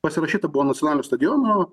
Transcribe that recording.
pasirašyta buvo nacionalinio stadiono